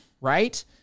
right